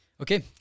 Okay